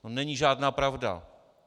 To není žádná pravda.